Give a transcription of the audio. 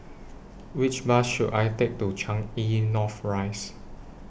Which Bus should I Take to Changi North Rise